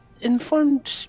informed